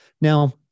Now